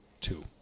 two